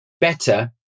better